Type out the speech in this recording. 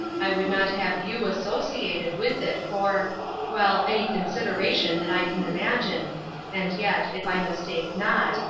i would not have you associated with it for well, any consideration that i can imagine and yet, if i mistake not,